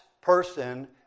person